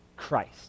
Christ